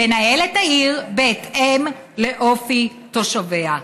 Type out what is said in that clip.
לנהל את העיר בהתאם לאופי תושביה.